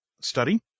study